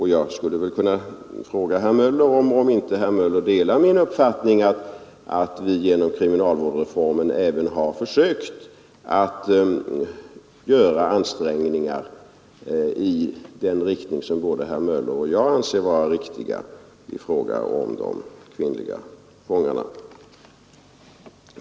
Där vill jag fråga om inte herr Möller delar min uppfattning att vi genom kriminalvårdsreformen verkligen har försökt göra ansträngningar i den riktning som både herr Möller och jag anser vara riktig när det gäller de kvinnliga fångarna.